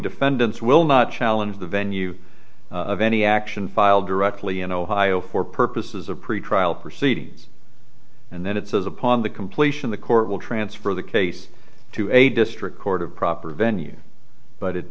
defendants will not challenge the venue of any action file directly in ohio for purposes of pretrial proceedings and then it says upon the completion the court will transfer the case to a district court of proper venue but it